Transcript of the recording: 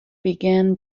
began